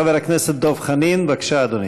חבר הכנסת דב חנין, בבקשה, אדוני.